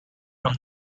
from